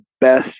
best